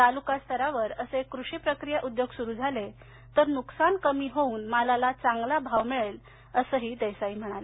तालुका स्तरावर असे कृषी प्रक्रिया उद्योग सुरु झाले तर नुकसान कमी होऊन मालाला चांगला भाव मिळेल असंही देसाई म्हणाले